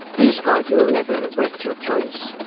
please god, you will never regret your choice.